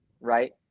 right